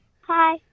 Hi